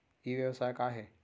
ई व्यवसाय का हे?